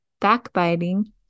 backbiting